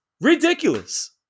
Ridiculous